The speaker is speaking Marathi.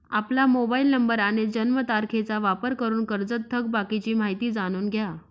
आपला मोबाईल नंबर आणि जन्मतारखेचा वापर करून कर्जत थकबाकीची माहिती जाणून घ्या